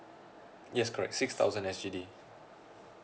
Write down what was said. yes correct six thousand S_G_D